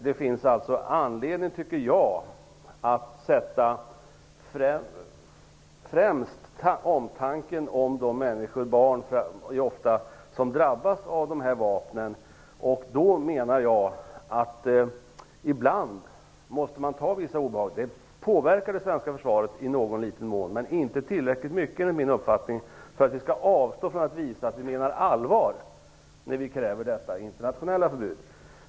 Jag tycker att det finns anledning att främst sätta omtanken om de människor, ofta barn, som drabbas av dessa vapen. Ibland måste man ta vissa obehag. Detta påverkar det svenska försvaret i någon liten mån, men inte tillräckligt mycket för att vi skall avstå från att visa att vi menar allvar när vi kräver ett internationellt förbud.